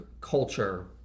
culture